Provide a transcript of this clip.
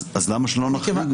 אז למה שלא נכריז זאת?